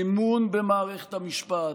אמון במערכת המשפט,